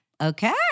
okay